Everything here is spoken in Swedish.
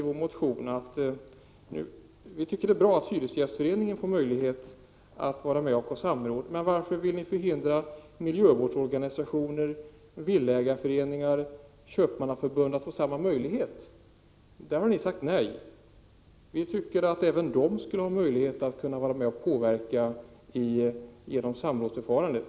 Vi tycker det är bra att Hyresgästföreningen får möjlighet att vara med om samråd, men varför vill ni inte ge miljövårdsorganisationer, villaägarföreningar och köpmannaförbund samma möjlighet? Där har ni sagt nej. Vi tycker att även sådana sammanslutningar borde ha möjlighet att påverka genom samrådsförfarandet.